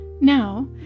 Now